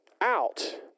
out